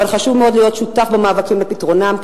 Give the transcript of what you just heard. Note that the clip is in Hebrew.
אבל חשוב מאוד להיות שותף במאבקים לפתרונן,